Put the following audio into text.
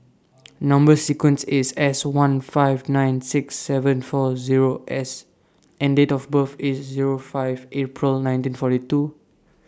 Number sequence IS S one five nine six seven four Zero S and Date of birth IS Zero five April nineteen forty two